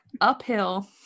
uphill